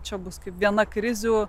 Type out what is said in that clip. čia bus kaip viena krizių